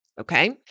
Okay